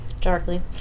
Darkly